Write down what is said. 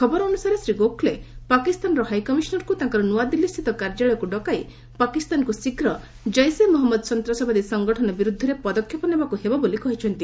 ଖବର ଅନୁସାରେ ଶ୍ରୀ ଗୋଖଲେ ପାକିସ୍ତାନର ହାଇକମିଶନରଙ୍କୁ ତାଙ୍କର ନୂଆଦିଲ୍ଲୀସ୍ଥିତ କାର୍ଯ୍ୟାଳୟକୁ ଡକାଇ ପାକିସ୍ତାନକୁ ଶୀଘ୍ର କେ ିସେ ମହମ୍ମଦ ସନ୍ତାସବାଦୀ ସଂଗଠନ ବିରୁଦ୍ଧରେ ପଦକ୍ଷେପ ନେବାକୁ ହେବ ବୋଲି କହିଛନ୍ତି